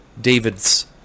David's